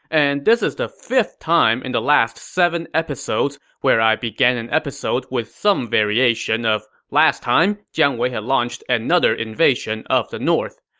and this is the fifth time in the last seven episodes where i began an episode with some variation of last time, jiang wei had launched another invasion of the north.